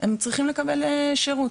הם צריכים לקבל שירות.